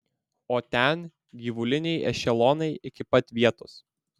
o ten gyvuliniai ešelonai iki pat vietos